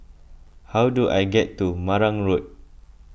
how do I get to Marang Road